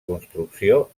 construcció